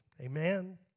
Amen